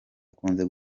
akunze